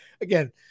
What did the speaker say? Again